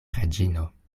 reĝino